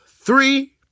three